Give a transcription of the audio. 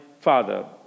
Father